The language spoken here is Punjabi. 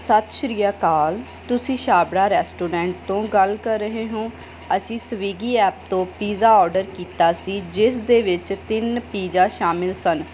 ਸਤਿ ਸ਼੍ਰੀ ਅਕਾਲ ਤੁਸੀਂ ਛਾਬੜਾ ਰੈਸਟੋਰੈਂਟ ਤੋਂ ਗੱਲ ਕਰ ਰਹੇ ਹੋ ਅਸੀਂ ਸਵੀਗੀ ਐਪ ਤੋਂ ਪੀਜ਼ਾ ਓਡਰ ਕੀਤਾ ਸੀ ਜਿਸ ਦੇ ਵਿੱਚ ਤਿੰਨ ਪੀਜਾ ਸ਼ਾਮਿਲ ਸਨ